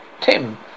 Tim